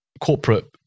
Corporate